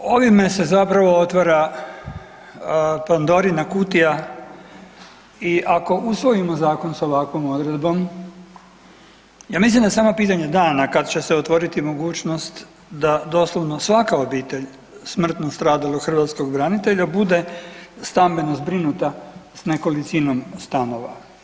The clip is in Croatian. Ovime se zapravo otvara pandorina kutija i ako usvojimo zakon s ovakvom odredbom, ja mislim da je samo pitanje dana kad će se otvoriti mogućnost da doslovno svaka obitelj smrtno stradalog hrvatskog branitelja bude stambeno zbrinuta s nekolicinom stanova.